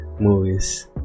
movies